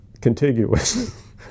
contiguous